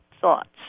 thoughts